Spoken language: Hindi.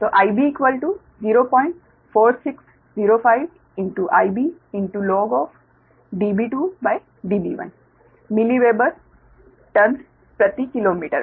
Ib 04605 Ib log Db2 Db1 milli weber turns प्रति किलोमीटर मे